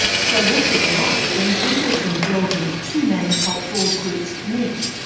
so what's it like when people from belgium's two main cultural groups meet?